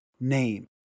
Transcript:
name